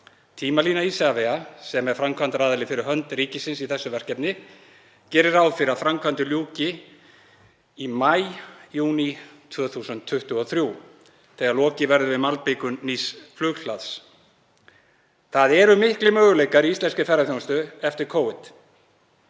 Tímalína Isavia, sem er framkvæmdaraðili fyrir hönd ríkisins í þessu verkefni, gerir ráð fyrir að framkvæmdum ljúki í maí, júní 2023 þegar lokið verður við malbikun nýs flughlaðs. Það eru miklir möguleikar í íslenskri ferðaþjónustu eftir Covid.